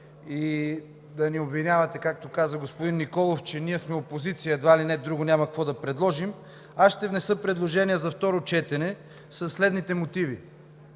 и да ни обвинявате, както каза господин Николов, че ние сме опозиция, едва ли не няма какво друго да предложим, ще внеса предложение за второ четене със следните мотиви: